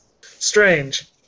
Strange